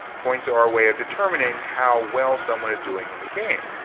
points are a way of determining how well someone is doing in the game.